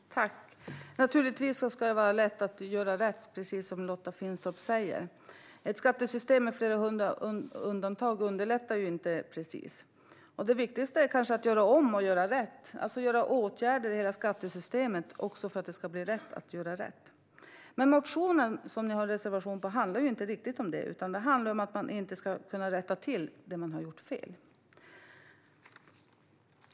Herr talman! Naturligtvis ska det vara lätt att göra rätt, precis som Lotta Finstorp säger. Ett skattesystem med flera hundra undantag underlättar inte precis. Det viktigaste är kanske att göra om och göra rätt, alltså vidta åtgärder i hela skattesystemet för att det ska bli lätt att göra rätt. Men motionen, som ni har en reservation om, handlar inte riktigt om det, utan den handlar om att man inte ska kunna rätta till det man har gjort fel.